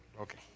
Okay